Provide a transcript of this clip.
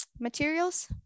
materials